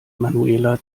manuela